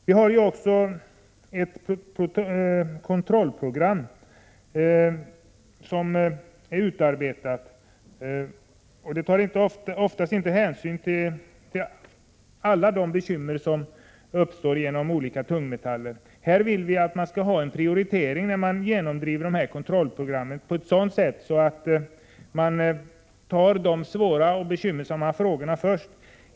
Vi har ju också ett utarbetat kontrollprogram. Det tar inte hänsyn till alla de bekymmer som uppstår genom olika tungmetaller. Vi vill att man skall göra en prioritering när man genomdriver dessa kontrollprogram på ett sådant sätt att man tar de svåra och bekymmersamma frågorna först.